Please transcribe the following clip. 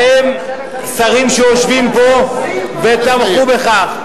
בהם שרים שיושבים פה ותמכו בכך.